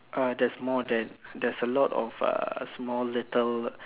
uh there's more than there's a lot of uh small little